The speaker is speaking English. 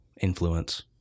influence